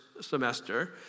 semester